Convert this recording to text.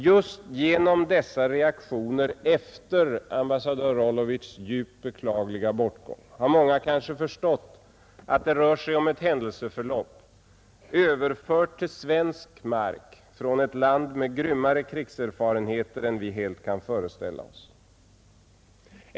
Just genom dessa reaktioner efter ambassadör Rolovics djupt beklagliga bortgång har många kanske förstått att det rör sig om ett händelseförlopp, överfört till svensk mark från ett land med grymmare krigserfarenheter än vi helt kan föreställa oss.